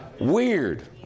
Weird